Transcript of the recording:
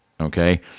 okay